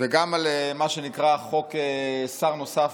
וגם על מה שנקרא חוק שר נוסף